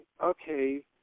okay